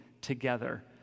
together